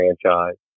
franchise